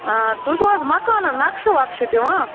تُہۍ چھُو حظ مکانَن نَقشہٕ وَقشہِ دِوان